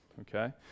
okay